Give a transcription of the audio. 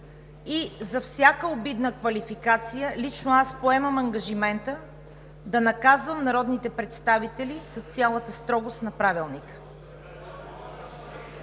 и за всяка обидна квалификация лично аз поемем ангажимента да наказвам народните представители с цялата строгост на Правилника.